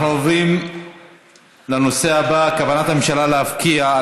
אנחנו עוברים לנושא הבא: כוונת הממשלה להפקיע,